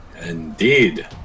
Indeed